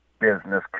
business